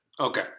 Okay